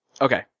okay